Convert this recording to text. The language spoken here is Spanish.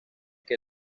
que